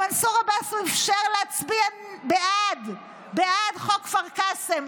למנסור עבאס הוא אפשר להצביע בעד חוק כפר קאסם.